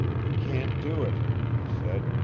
we can't do it, he said.